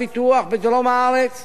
במקומות שאליהם מגיעות